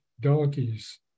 donkeys